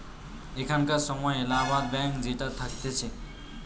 এখানকার সময় এলাহাবাদ ব্যাঙ্ক যেটা থাকতিছে